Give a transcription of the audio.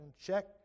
Check